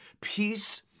Peace